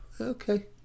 Okay